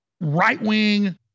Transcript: right-wing